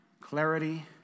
clarity